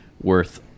worth